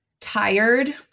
tired